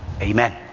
Amen